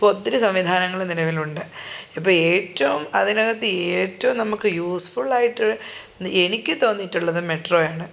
ഇപ്പോൾ ഒത്തിരി സംവിധാനങ്ങൾ നിലവിലുണ്ട് ഇപ്പോൾ ഏറ്റവും അതിന് അകത്ത് ഏറ്റവും നമുക്ക് യൂസ്ഫുൾ ആയിട്ട് എനിക്ക് തോന്നിയിട്ടുള്ളത് മെട്രോയാണ്